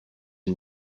and